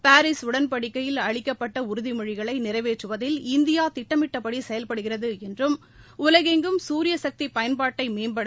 Paris உடன்படிக்கையில் அளிக்கப்பட்ட உறுதிமொழிகளை நிறைவேற்றுவதில் இந்தியா திட்டமிட்டபடி செயல்படுகிறது என்றும் உலகெங்கும் சூரிய சக்தி பயன்பாட்டை மேம்படுத்த